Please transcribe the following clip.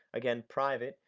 again, private,